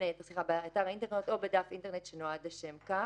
היתר, באתר אינטרנט או בדף אינטרנט שנועד לשם כך.